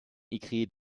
écrit